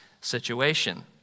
situation